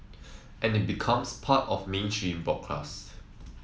and it becomes part of mainstream broadcast